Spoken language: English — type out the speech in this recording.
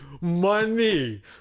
money